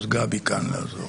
גבי כאן לעזור.